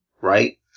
Right